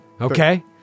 Okay